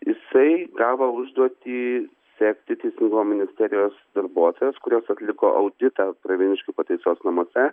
jisai gavo užduotį sekti teisingumo ministerijos darbuotojas kurios atliko auditą pravieniškių pataisos namuose